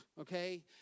Okay